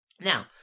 Now